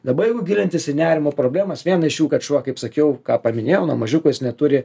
dabar jau gilintis į nerimo problemas viena iš jų kad šuo kaip sakiau ką paminėjau nuo mažiuko jis neturi